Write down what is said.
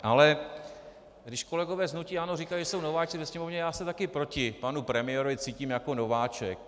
Ale když kolegové z hnutí ANO říkají, že jsou nováčci ve Sněmovně, já se tady proti panu premiérovi cítím jako nováček.